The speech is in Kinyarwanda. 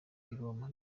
roma